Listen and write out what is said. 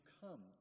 come